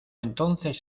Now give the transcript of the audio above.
entonces